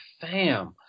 fam